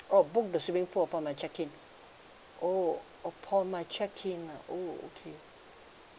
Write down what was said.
oh book the swimming pool upon my check in oh upon my check in ah oh okay